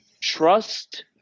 trust